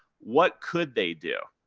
what could they do?